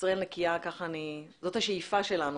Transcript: "ישראל נקייה" זאת השאיפה שלנו,